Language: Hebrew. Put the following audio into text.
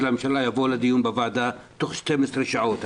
הממשלה יבואו לדיון בוועדה תוך 12 שעות.